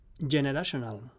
generational